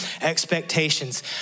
expectations